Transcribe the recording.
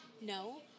No